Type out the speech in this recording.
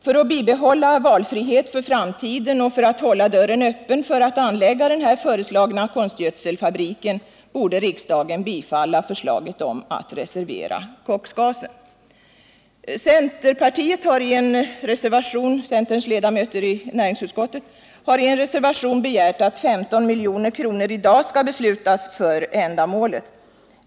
För att bibehålla valfrihet för framtiden och för att hålla dörren öppen för att anlägga den föreslagna konstgödselfabriken borde riksdagen bifalla förslaget om att reservera koksgasen. Centerpartiets ledamöter i utskottet har i en reservation begärt att 15 milj.kr. i dag skall anslås för ändamålet.